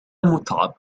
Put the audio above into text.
متعب